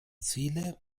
ziele